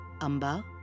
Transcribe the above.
Amba